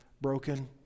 broken